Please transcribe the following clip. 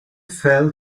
fell